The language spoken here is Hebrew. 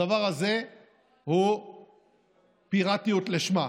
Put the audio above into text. הדבר הזה הוא פיראטיות לשמה.